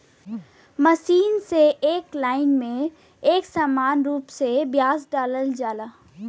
machine से एक line में एक समान रूप से बिया डालल जाला